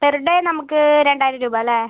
per day നമുക്ക് രണ്ടായിരം രൂപ അല്ലേ